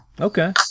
Okay